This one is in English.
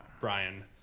brian